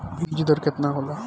बीज दर केतना होला?